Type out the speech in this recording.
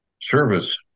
service